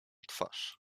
twarz